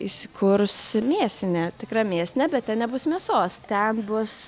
įsikurs mėsinė tikra mėsinė bet ten nebus mėsos ten bus